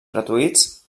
gratuïts